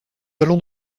allons